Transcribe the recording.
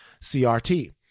CRT